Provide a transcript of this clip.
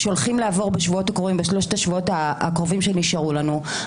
שהולכים לעבור בשלושת השבועות הקרובים שנשארו לנו,